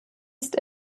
ist